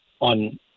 on